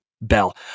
Bell